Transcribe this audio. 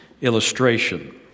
illustration